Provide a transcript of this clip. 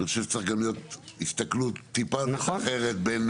חושב שצריכה גם להיות הסתכלות טיפה אחרת בין